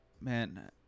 Man